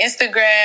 Instagram